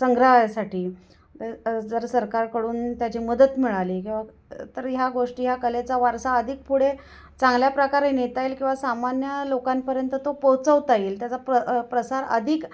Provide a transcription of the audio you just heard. संग्रहासाठी जर सरकारकडून त्याची मदत मिळाली किंवा तर ह्या गोष्टी ह्या कलेचा वारसा अधिक पुढे चांगल्या प्रकारे नेता येईल किंवा सामान्य लोकांपर्यंत तो पोचवता येईल त्याचा प्र प्रसार अधिक